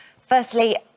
Firstly